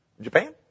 Japan